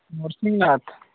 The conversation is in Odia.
ନୃସିଂହ ନାଥ